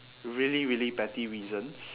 really really petty reasons